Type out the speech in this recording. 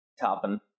Topping